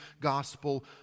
gospel